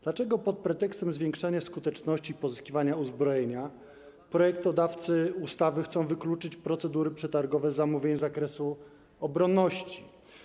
Dlaczego pod pretekstem zwiększania skuteczności pozyskiwania uzbrojenia projektodawcy ustawy chcą wykluczyć procedury przetargowe dotyczące zamówień z zakresu obronności?